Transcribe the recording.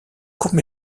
courts